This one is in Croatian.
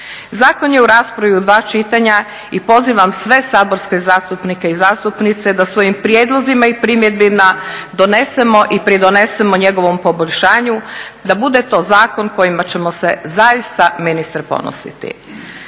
Zakon je u raspravi u dva čitanja i pozivam sve saborske zastupnike i zastupnice da svojim prijedlozima i primjedbama donesemo i pridonesemo njegovom poboljšanju da bude to zakon kojim ćemo se zaista ministre ponositi.